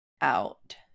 out